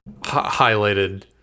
highlighted